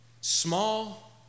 small